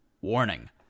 Warning